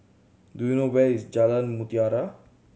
do you know where is Jalan Mutiara